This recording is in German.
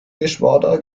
geschwader